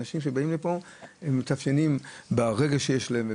אנשים שבאים לפה מתאפיינים ברגש שיש להם,